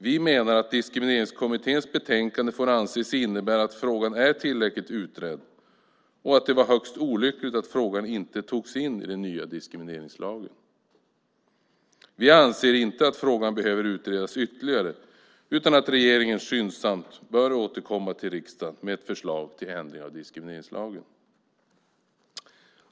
Vi menar att Diskrimineringskommitténs betänkande får anses innebära att frågan är tillräckligt utredd och att det var högst olyckligt att frågan inte togs in i den nya diskrimineringslagen. Vi anser inte att frågan behöver utredas ytterligare utan att regeringen skyndsamt bör återkomma till riksdagen med ett förslag till ändring av diskrimineringslagen.